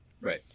Right